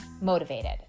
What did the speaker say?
motivated